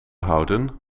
houden